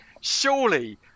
surely